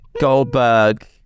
Goldberg